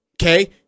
Okay